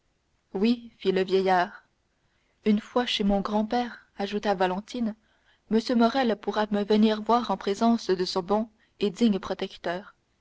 oui fit le vieillard une fois chez mon grand-père ajouta valentine m morrel pourra me venir voir en présence de ce bon et digne protecteur